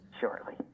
shortly